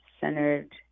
centered